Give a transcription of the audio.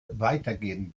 weitergeben